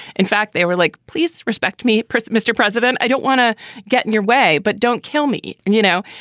in fact, they were like, please respect me, mr. president. i don't want to get in your way, but don't kill me. and you know,